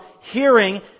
hearing